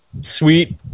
sweet